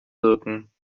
wirken